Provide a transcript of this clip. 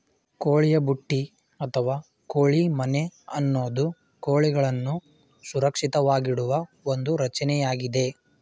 ಕೋಳಿಯ ಬುಟ್ಟಿ ಅಥವಾ ಕೋಳಿ ಮನೆ ಅನ್ನೋದು ಕೋಳಿಗಳನ್ನು ಸುರಕ್ಷಿತವಾಗಿಡುವ ಒಂದು ರಚನೆಯಾಗಿದೆ